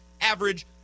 average